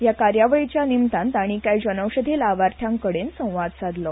हया कार्यावळीच्या निमतान ताणी काय जनौषधी लावार्थांकडेनय संवाद साधलो